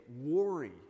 Worry